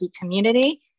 community